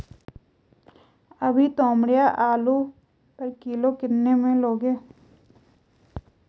अभी तोमड़िया आलू पर किलो कितने में लोगे?